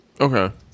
Okay